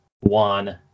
one